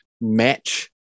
match